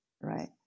right